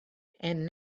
and